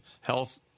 health